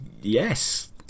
Yes